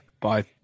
Bye